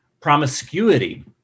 promiscuity